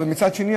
אבל מצד שני,